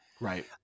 Right